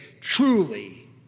Truly